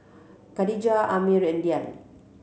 Khadija Ammir and Dian